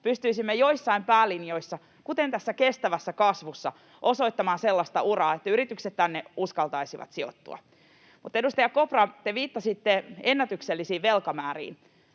pystyisimme joissain päälinjoissa, kuten tässä kestävässä kasvussa, osoittamaan sellaista uraa, että yritykset uskaltaisivat sijoittua tänne. Edustaja Kopra, te viittasitte ennätyksellisiin velkamääriin.